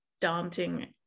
daunting